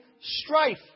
strife